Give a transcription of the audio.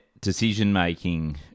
decision-making